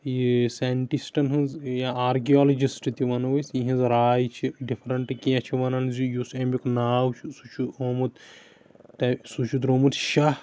یہِ ساینٹِسٹن ہُند یا آرکیولجسٹ تہِ وَنو أسۍ یِۂنز راے چھِ ڈِفرنٹ کیٚنٛہہ چھِ وَنان زِ یُس اَمیُک ناو چھُ سُہ چھُ ہومُت سُہ چھُ درامُت شاہ